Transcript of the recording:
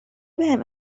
بهم